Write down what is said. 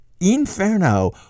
Inferno